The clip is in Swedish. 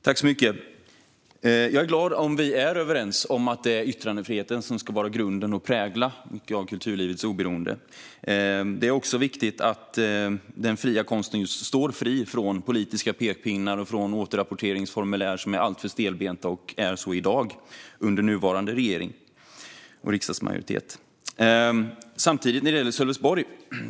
Fru talman! Jag är glad om vi är överens om att det är yttrandefriheten som ska vara grunden för och prägla mycket av kulturlivets oberoende. Det är också viktigt att den fria konsten just står fri från politiska pekpinnar och återrapporteringsformulär som är alltför stelbenta och är så i dag, under nuvarande regering och riksdagsmajoritet.